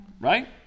right